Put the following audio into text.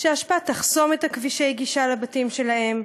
שהאשפה תחסום את כבישי הגישה לבתים שלהם,